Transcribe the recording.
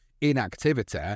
inactivity